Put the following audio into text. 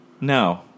No